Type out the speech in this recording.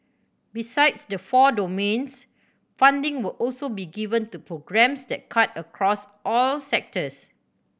besides the four domains funding will also be given to programmes that cut across all sectors